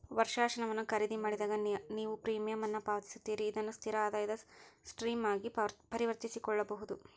ವರ್ಷಾಶನವನ್ನ ಖರೇದಿಮಾಡಿದಾಗ, ನೇವು ಪ್ರೇಮಿಯಂ ಅನ್ನ ಪಾವತಿಸ್ತೇರಿ ಅದನ್ನ ಸ್ಥಿರ ಆದಾಯದ ಸ್ಟ್ರೇಮ್ ಆಗಿ ಪರಿವರ್ತಿಸಕೊಳ್ಬಹುದು